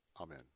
Amen